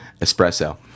espresso